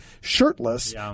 shirtless